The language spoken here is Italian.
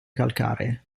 calcaree